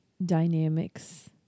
dynamics